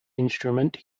instrument